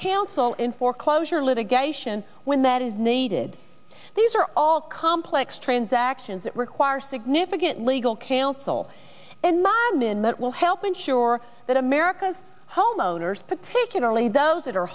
cancel in foreclosure litigation when that is needed these are all complex transactions that require significant legal counsel and linemen that will help ensure that america's homeowners particularly those that are